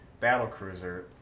battlecruiser